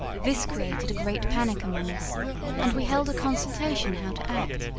this created a great panic among us and we held a consultation how to act.